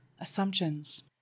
Assumptions